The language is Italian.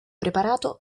preparato